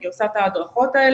היא עושה את ההדרכות האלה.